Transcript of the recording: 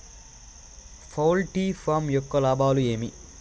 poultry farm యొక్క లాభాలు ఏమి